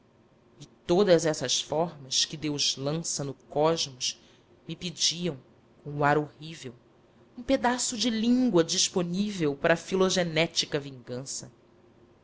e todas essas formas que deus lança no cosmos me pediam com o ar horrível um pedaço de língua disponível para a filogenética vingança